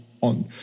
on